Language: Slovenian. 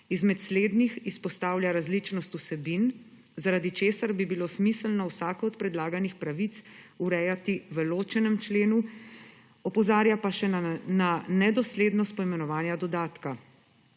Izmed slednjih izpostavlja različnost vsebin, zaradi česar bi bilo smiselno vsako od predlaganih pravic urejati v ločenem členu. Opozarja pa še na nedoslednost poimenovanja dodatka.